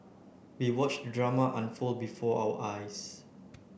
we watched the drama unfold before our eyes